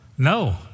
No